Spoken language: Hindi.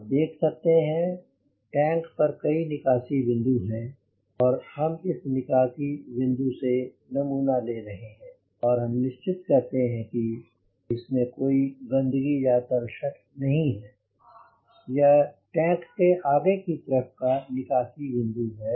आप देख सकते हैं टैंक पर कई निकासी बिन्दु हैं और हम इस एक निकासी बिंदु से नमूना ले रहे हैं और हम निश्चित करते हैं की इसमें कोई गन्दगी या तलछट नहीं है यह टैंक के आगे के तरफ का निकासी बिंदु है